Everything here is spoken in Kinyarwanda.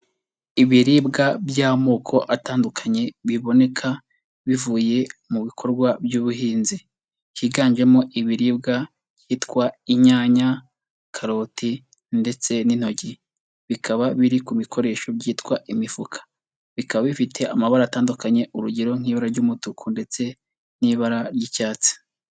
Ibiribwa by'amoko atandukanye biboneka bivuye mu bikorwa by'ubuhinzi, higanjemo ibiribwa byitwa inyanya, karoti ndetse n'intoki bikaba biri ku bikoresho byitwa imifuka. Bikaba bifite amabara atandukanye urugero nk'ibara ry'umutuku ndetse n'ibara ry'icyatsi.